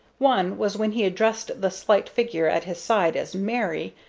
one was when he addressed the slight figure at his side as mary,